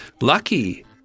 lucky